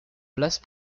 place